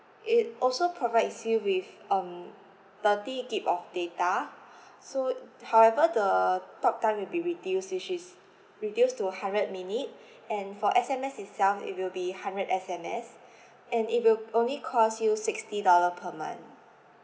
it also provides you with um thirty gig of data so however the talk time will be reduced which is reduced to hundred minute and for S_M_S itself it will be hundred S_M_S and it will only cost you sixty dollar per month